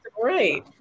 Great